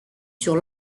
sur